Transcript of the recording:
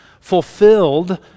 fulfilled